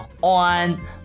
on